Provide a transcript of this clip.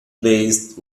based